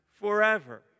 forever